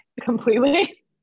Completely